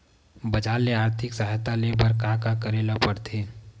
बजार ले आर्थिक सहायता ले बर का का करे ल पड़थे?